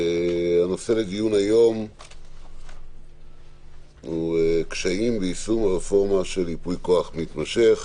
הנושא לדיון היום הוא קשיים ביישום הרפורמה של ייפוי כוח מתמשך.